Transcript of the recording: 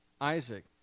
Isaac